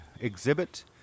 exhibit